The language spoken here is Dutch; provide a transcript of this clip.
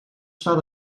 staat